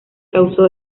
causó